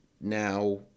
now